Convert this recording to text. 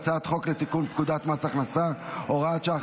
הצעת חוק לתיקון פקודת מס הכנסה (הוראת שעה,